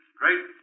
great